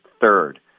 third